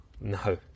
No